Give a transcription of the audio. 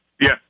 Yes